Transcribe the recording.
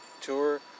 tour